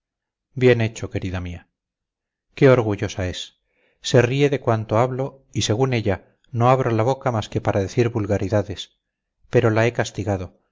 bien hecho querida mía qué orgullosa es se ríe de cuanto hablo y según ella no abro la boca más que para decir vulgaridades pero la he castigado